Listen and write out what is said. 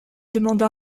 demande